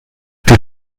die